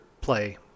play